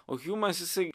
o hjumas jisai